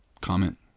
Comment